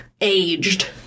aged